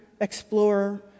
explorer